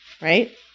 Right